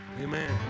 Amen